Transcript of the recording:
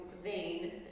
Zane